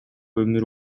өмүр